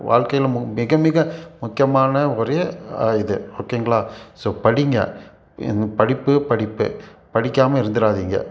வாழ்க்கையில முக் மிகமிக முக்கியமான ஒரே இது ஓகேங்களா ஸோ படிங்க இந் படிப்பு படிப்பு படிக்காமல் இருந்துறாதீங்க